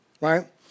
right